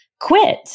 quit